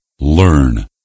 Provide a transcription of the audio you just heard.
learn